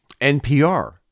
NPR